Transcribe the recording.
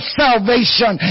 salvation